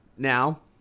now